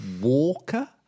walker